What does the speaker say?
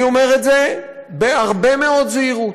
אני אומר את זה בהרבה מאוד זהירות,